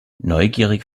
neugierig